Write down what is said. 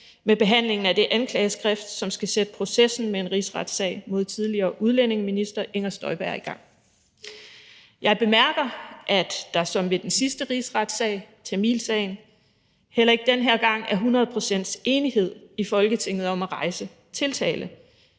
med behandlingen af det anklageskrift, som skal sætte processen med en rigsretssag mod tidligere udlændingeminister Inger Støjberg i gang. Jeg bemærker, at der som ved den sidste rigsretssag, tamilsagen, heller ikke den her gang er hundrede procent enighed i Folketinget om at rejse tiltale.